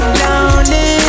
lonely